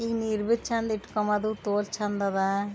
ಈ ನೀರು ಭೀ ಚಂದ ಇಟ್ಕಮದು ತೋಲ್ ಚಂದದ